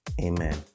Amen